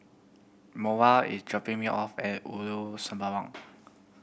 is dropping me off at Ulu Sembawang